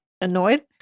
annoyed